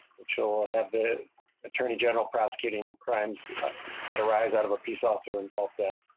cho had been attorney general prosecuting crimes that arise out of a peace officer involved.